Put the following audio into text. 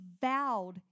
vowed